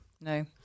no